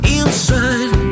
inside